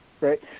Right